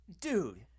Dude